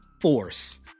force